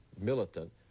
militant